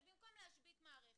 במקום להשבית מערכת,